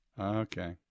Okay